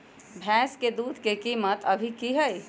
भैंस के दूध के कीमत अभी की हई?